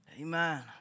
Amen